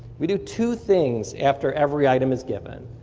we do two things after every item is given.